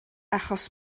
achos